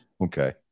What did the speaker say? Okay